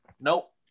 Nope